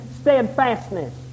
steadfastness